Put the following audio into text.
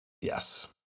yes